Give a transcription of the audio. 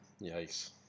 Yikes